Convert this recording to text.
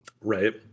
Right